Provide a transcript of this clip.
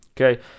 okay